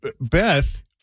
Beth